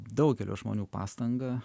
daugelio žmonių pastanga